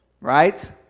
right